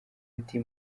ati